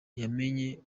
yamenye